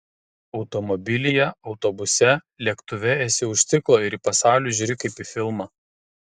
automobilyje autobuse lėktuve esi už stiklo ir į pasaulį žiūri kaip į filmą